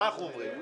מה אנחנו אומרים?